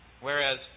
Whereas